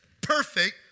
perfect